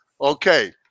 Okay